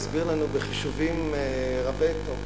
והסביר לנו בחישובים רבי-תוקף,